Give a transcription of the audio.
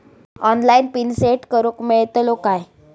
Online PIN set करूक मेलतलो काय?